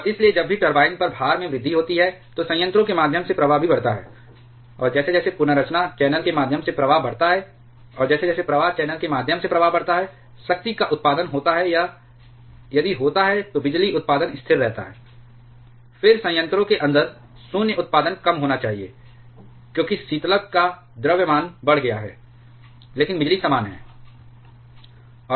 और इसलिए जब भी टरबाइन पर भार में वृद्धि होती है तो संयंत्रों के माध्यम से प्रवाह भी बढ़ता है और जैसे जैसे पुनर्रचना चैनल के माध्यम से प्रवाह बढ़ता है और जैसे जैसे प्रवाह चैनल के माध्यम से प्रवाह बढ़ता है शक्ति का उत्पादन होता है या यदि होता है तो बिजली उत्पादन स्थिर रहता है फिर संयंत्रों के अंदर शून्य उत्पादन कम होना चाहिए क्योंकि शीतलक का द्रव्यमान बढ़ गया है लेकिन बिजली समान है